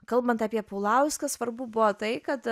kalbant apie paulauską svarbu buvo tai kad